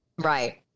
Right